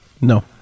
No